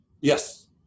Yes